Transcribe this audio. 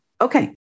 Okay